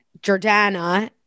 Jordana